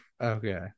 okay